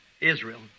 Israel